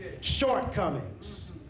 shortcomings